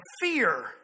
fear